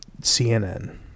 CNN